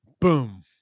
boom